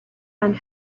and